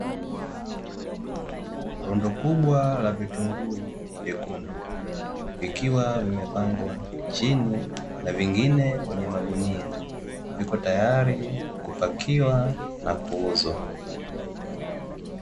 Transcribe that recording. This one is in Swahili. Korondo kubwa la vitunguu vyekundu, vikiwa vimepangwa chini na vingine kwenye magunia viko tayari kupakiwa na kuuzwa.